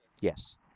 yes